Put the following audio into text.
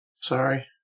Sorry